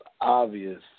Obvious